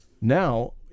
Now